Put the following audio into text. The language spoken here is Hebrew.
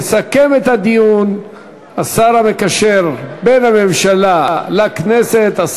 יסכם את הדיון השר המקשר בין הממשלה לכנסת,